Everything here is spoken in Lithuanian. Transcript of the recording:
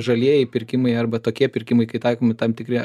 žalieji pirkimai arba tokie pirkimai kai taikomi tam tikri